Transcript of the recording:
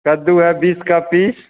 कद्दू है बीस का पीस